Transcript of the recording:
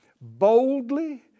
boldly